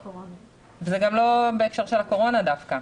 זה גם לא בהקשר של הקורונה דווקא.